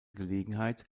gelegenheit